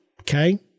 Okay